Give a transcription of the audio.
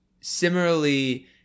similarly